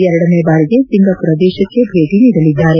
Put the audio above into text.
ಎರಡನೇ ಬಾರಿಗೆ ಸಿಂಗಾಪುರ ದೇಶಕ್ತೆ ಭೇಟಿ ನೀಡಲಿದ್ದಾರೆ